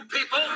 people